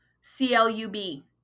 C-L-U-B